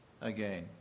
again